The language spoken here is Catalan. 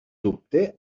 dubte